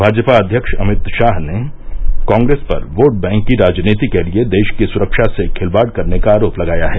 भाजपा अध्यक्ष अमित शाह ने कांग्रेस पर वोट बैंक की राजनीति के लिए देश की सुरक्षा से खिलवाड़ करने का आरोप लगाया है